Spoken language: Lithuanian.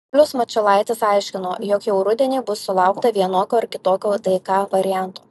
vilius mačiulaitis aiškino jog jau rudenį bus sulaukta vienokio ar kitokio dk varianto